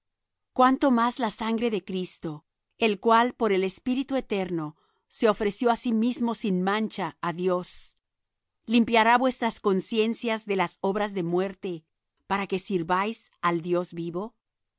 cuánto más la sangre de cristo el cual por el espíritu eterno se ofreció á sí mismo sin mancha á dios limpiará vuestras conciencias de las obras de muerte para que sirváis al dios vivo